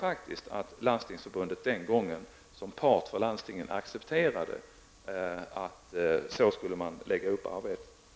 Landstingsförbundet accepterade faktiskt den gången, såsom representant för landstingen, att man skulle lägga upp arbetet på det sättet.